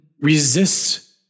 resists